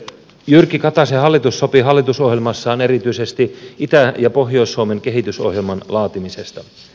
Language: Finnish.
jyrki kataisen hallitus sopi hallitusohjelmassaan erityisesti itä ja pohjois suomen kehitysohjelman laatimisesta